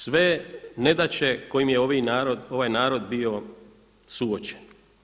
Sve nedaće s kojima je ovaj narod bio suočen.